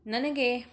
ನನಗೆ